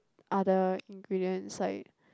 other ingredients like